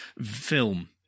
film